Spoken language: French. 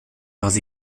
leurs